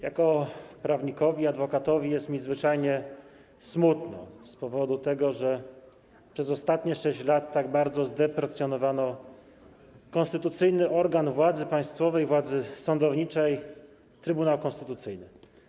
Jako prawnikowi, adwokatowi jest mi zwyczajnie smutno z tego powodu, że przez ostatnie 6 lat tak bardzo zdeprecjonowano konstytucyjny organ władzy państwowej, władzy sądowniczej - Trybunał Konstytucyjny.